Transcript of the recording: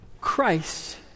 Christ